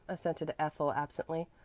assented ethel absently.